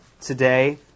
today